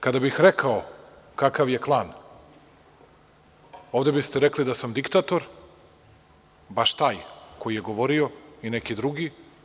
Kada bih rekao kakav je klan, ovde biste rekli da sam diktator, baš taj koji je govorio i neki drugi.